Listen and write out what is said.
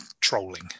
trolling